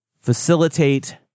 facilitate